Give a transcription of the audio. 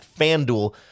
FanDuel